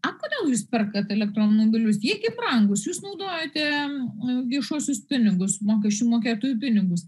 a kodėl jūs perkae elektromobilius jie gi brangūs jūs naudojate viešuosius pinigus mokesčių mokėtojų pinigus